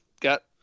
got